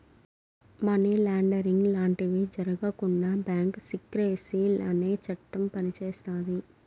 money laundering లాంటివి జరగకుండా bank secrecy అనే చట్టం పనిచేస్తాది